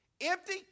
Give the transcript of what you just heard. Empty